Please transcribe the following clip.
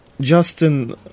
Justin